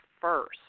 first